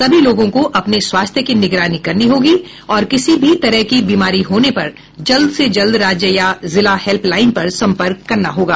सभी लोगों को अपने स्वास्थ्य की निगरानी करनी होगी और किसी भी तरह की बीमारी होने पर जल्द से जल्द राज्य या जिला हेल्पलाइन पर सम्पर्क करना होगा